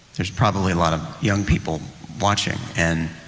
there's probably a lot of young people watching and